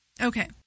Okay